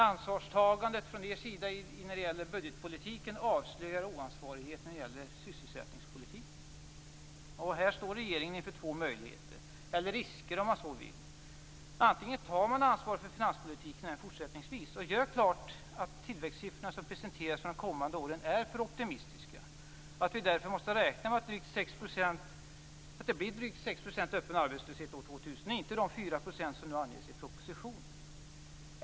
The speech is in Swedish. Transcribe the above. Ansvarstagandet från er sida när det gäller budgetpolitiken avslöjar oansvarigheten när det gäller sysselsättningspolitiken. Här står regeringen inför två möjligheter - eller risker, om man så vill. Antingen tar man ansvar för finanspolitiken även fortsättningsvis och gör klart att de tillväxtsiffror som presenterats för de kommande åren är för optimistiska och att vi därför måste räkna med drygt 6 % öppen arbetslöshet år 2000, och inte de 4 % som nu anges i propositionen.